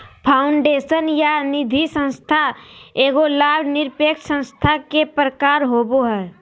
foundation या निधिसंस्था एगो लाभ निरपेक्ष संस्था के प्रकार होवो हय